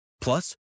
Plus